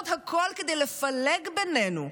לעשות הכול כדי לפלג בינינו.